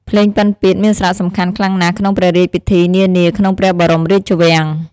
ភ្លេងពិណពាទ្យមានសារៈសំខាន់ខ្លាំងណាស់ក្នុងព្រះរាជពិធីនានាក្នុងព្រះបរមរាជវាំង។